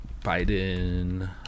Biden